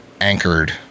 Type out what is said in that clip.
anchored